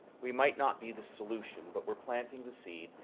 we might not be the solution but we're planting the seed,